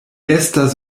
estas